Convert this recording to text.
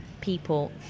people